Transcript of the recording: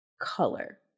color